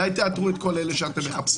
אולי תאתרו את כל אלה שאתם מחפשים?